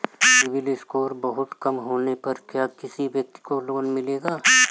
CIBIL score बहुत कम होने पर क्या किसी व्यक्ति को लोंन मिलेगा?